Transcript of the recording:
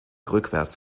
rückwärts